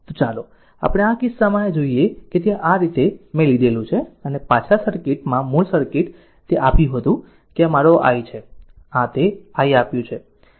તો ચાલો આપણે આ કિસ્સામાં આ જોઈએ તે છે કે આ તે છે જે મેં લીધેલ છે અને પાછલા સર્કિટ માં મૂળ સર્કિટ તે આપ્યું હતું કે આ મારો i છે અને આ તે i આપ્યું છે